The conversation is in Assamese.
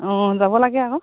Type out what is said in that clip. অঁ যাব লাগে আকৌ